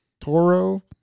Toro